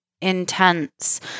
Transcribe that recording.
intense